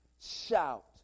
Shout